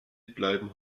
bleiben